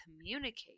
communicate